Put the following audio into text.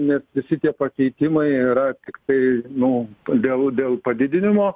nes visi tie pakeitimai yra tiktai nu todėl dėl padidinimo